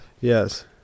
Yes